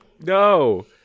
No